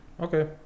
okay